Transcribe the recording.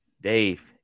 Dave